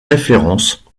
références